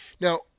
Now